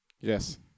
Yes